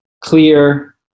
clear